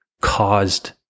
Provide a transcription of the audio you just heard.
caused